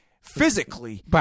physically